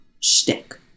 Shtick